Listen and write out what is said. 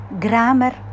grammar